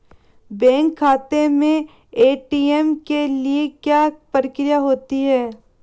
Bank खाते में ATM के लिए क्या प्रक्रिया होती है?